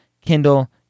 Kindle